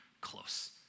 close